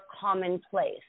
commonplace